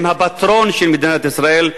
עם הפטרון של מדינת ישראל,